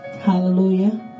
Hallelujah